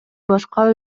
башка